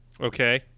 Okay